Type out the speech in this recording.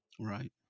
Right